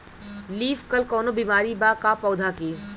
Leaf curl कौनो बीमारी बा का पौधा के?